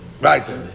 Right